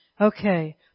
Okay